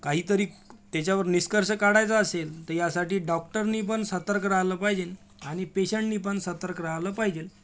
काहीतरी त्याच्यावर निष्कर्ष काढायचा असेल तर यासाठी डॉक्टरनी पण सतर्क राह्यलं पाहिजे आणि पेशंटनी पण सतर्क राह्यलं पाहिजे